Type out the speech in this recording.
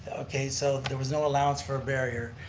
okay, so there was no allowance for a barrier.